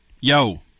Yo